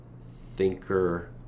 thinker